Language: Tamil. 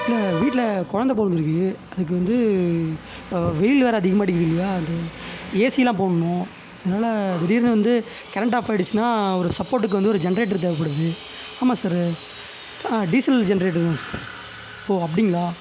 இல்லை வீட்டில குழந்த பிறந்துருக்கு அதுக்கு வந்து வெயில் வேற அதிகமாக அடிக்குது இல்லையா அது ஏசிலாம் போடணும் அதனால் திடீர்னு வந்து கரண்ட் ஆஃப் ஆயிடுச்சினால் ஒரு சப்போர்ட்டுக்கு வந்து ஒரு ஜென்ரேட்டரு தேவைப்படுது ஆமாம் சாரு டீசல் ஜென்ரேட்டர் தான் சார் ஓ அப்படிங்களா